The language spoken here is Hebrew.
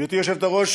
גברתי היושבת-ראש,